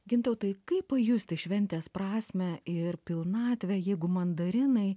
gintautai kaip pajusti šventės prasmę ir pilnatvę jeigu mandarinai